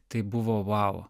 tai buvo vau